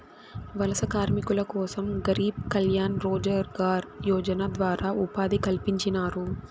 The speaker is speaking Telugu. వలస కార్మికుల కోసం గరీబ్ కళ్యాణ్ రోజ్గార్ యోజన ద్వారా ఉపాధి కల్పించినారు